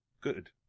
good